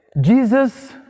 Jesus